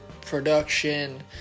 production